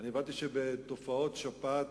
בתופעות שפעת,